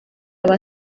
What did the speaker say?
aba